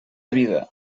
vida